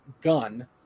gun